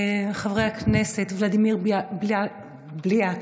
חברי הכנסת ולדימיר בְּליאק,